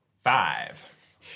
Five